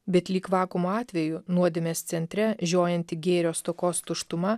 bet lyg vakuumo atveju nuodėmės centre žiojinti gėrio stokos tuštuma